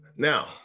Now